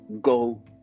go